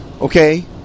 Okay